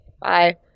Bye